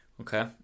Okay